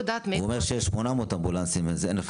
הוא אומר שיש 800 אמבולנסים אז אין אלף חברות.